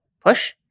push